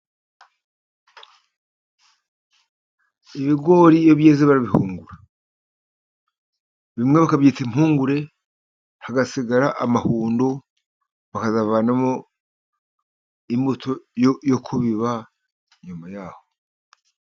Ibigori iyo byeze bimwe barabihungura bakabyita impungure, hagasigara amahundo bakazavanamo imbuto yo kubiba nyuma yaho.